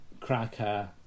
Cracker